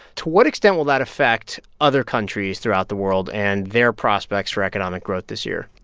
to what extent will that affect other countries throughout the world and their prospects for economic growth this year?